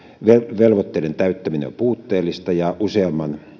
velvoitteiden täyttäminen on puutteellista ja